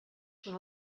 són